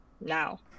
now